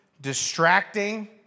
distracting